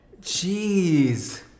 Jeez